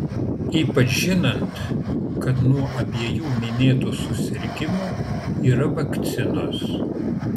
ypač žinant kad nuo abiejų minėtų susirgimų yra vakcinos